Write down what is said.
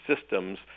systems